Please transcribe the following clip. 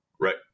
Right